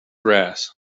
grass